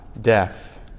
death